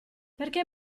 perché